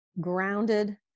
grounded